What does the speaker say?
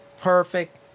Perfect